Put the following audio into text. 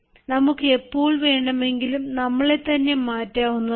നമുക്ക് എപ്പോൾ വേണമെങ്കിലും നമ്മളെത്തന്നെ മാറ്റാവുന്നതാണ്